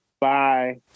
Bye